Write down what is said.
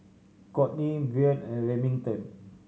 Kourtney Brien and Remington